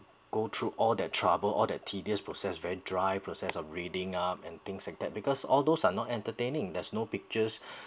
go through all that trouble all the tedious process very dry process of reading up and things like that because all those are not entertaining there's no pictures